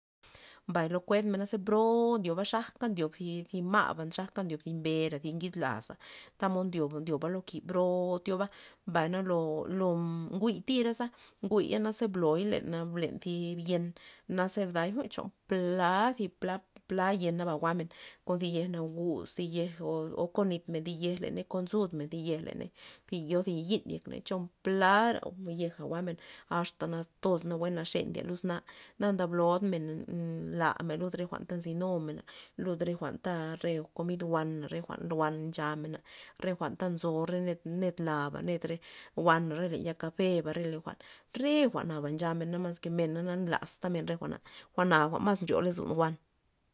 Mbay lo kued men ze bro ndyoba xajka ndyoba thi zi ma'ba xajka ndyob thi mbera ndyob thi ngida laza tamod ndyoba ndyoba lo ki bro tyoba mbay na lo- lo njuy tiraza njuy naze bloy len- len thi yen naza mday cho plada zi pla- pla yena jwa'men kon zi yej naguz zi yej o konit men thi yej leney ko nzud thi yej leney yo thi yi'n yekney cho pa ra yeja jwa'men axta natoz nawue naxe ndiey luzna na ndablo men lamen lud jwa'nta nzy numenba lud re jwa'n ta re komid jwa'na re wan nchamena re jwa'nnta nzo re ned ned laba ned wana le ren ya kafeba re len jwa'n re jwa'naba nchamen na mas ke mena na nlastamena re jwa'na jwa'n mas nryo lozon jwa'n.